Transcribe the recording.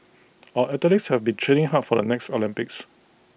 our athletes have been training hard for the next Olympics